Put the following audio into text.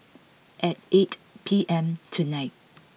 at eight P M tonight